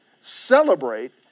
celebrate